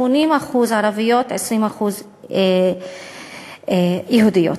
80% ערביות ו-20% יהודיות.